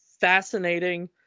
fascinating